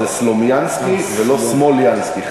זה סלומינסקי ולא סמוֹלינסקי.